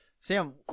sam